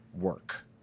work